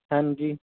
ਹਾਂਜੀ